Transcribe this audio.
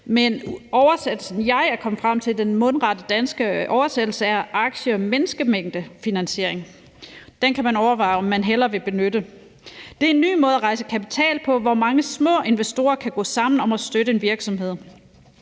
oversættelse, jeg er kommet frem til, er »aktie- og menneskemængdefinansiering«, og den kan man overveje om man hellere vil benytte. Det er en ny måde at rejse kapital på, hvor mange små investorer kan gå sammen om at støtte en virksomhed.